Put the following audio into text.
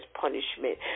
punishment